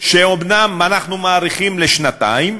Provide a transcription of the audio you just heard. שאומנם אנחנו מאריכים לשנתיים,